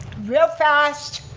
real fast